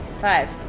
Five